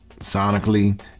sonically